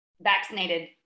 vaccinated